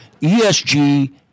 ESG